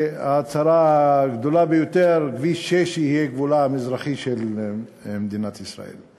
וההצהרה הגדולה ביותר: כביש 6 יהיה גבולה המזרחי של מדינת ישראל.